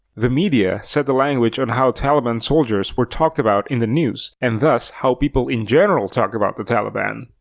the media set the language on how taliban soldiers were talked about in the news, and thus how people in general talked about the taliban.